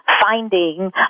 finding